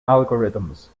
algorithms